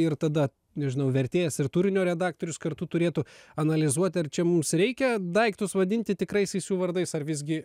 ir tada nežinau vertėjas ir turinio redaktorius kartu turėtų analizuot ar čia mums reikia daiktus vadinti tikraisiais jų vardais ar visgi